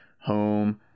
home